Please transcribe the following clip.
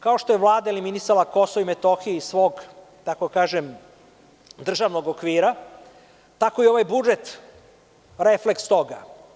Kao što je Vlada eliminisala Kosovo i Metohiju iz svog, tako da kažem, državnog okvira, tako je i ovaj budžet refleks toga.